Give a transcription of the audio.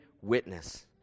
witness